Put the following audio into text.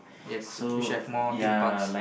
yes we should have more theme parks